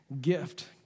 gift